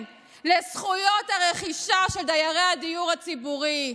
לזכויות הרכישה של דיירי הדיור הציבורי,